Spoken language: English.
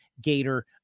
Gator